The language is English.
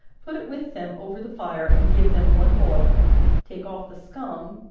put it with them over the fire and give them one boil take off the scum,